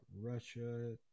Russia